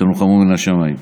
ותנוחמו מן השמיים.